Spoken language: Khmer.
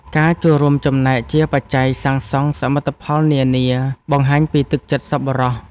ការចូលរួមចំណែកជាបច្ច័យសាងសង់សមិទ្ធផលនានា បង្ហាញពីទឹកចិត្តសប្បុរស។